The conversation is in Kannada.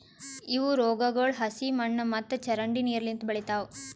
ಇವು ರೋಗಗೊಳ್ ಹಸಿ ಮಣ್ಣು ಮತ್ತ ಚರಂಡಿ ನೀರು ಲಿಂತ್ ಬೆಳಿತಾವ್